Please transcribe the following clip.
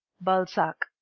balzac,